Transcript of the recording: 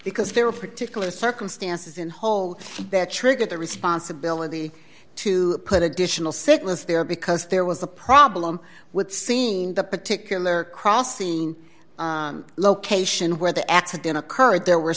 because there are particular circumstances in whole that triggered the responsibility to put additional sickness there because there was a problem with seen the particular crossing location where the accident occurred there were